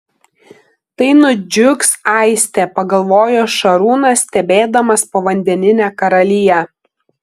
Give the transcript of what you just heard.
tai nudžiugs aistė pagalvojo šarūnas stebėdamas povandeninę karaliją